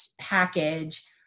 package